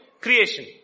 creation